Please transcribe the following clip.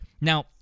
now